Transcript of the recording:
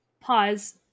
Pause